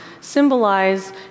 symbolize